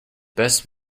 best